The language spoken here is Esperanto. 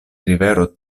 rivero